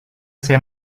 saya